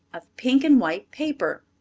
of pink and white paper.